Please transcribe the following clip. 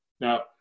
Now